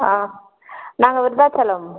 ஆ நாங்கள் விருத்தாச்சலம்